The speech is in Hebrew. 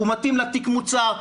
מתאים לתיק מוצר,